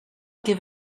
give